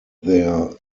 their